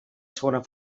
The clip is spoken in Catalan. segona